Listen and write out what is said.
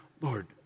Lord